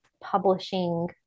publishing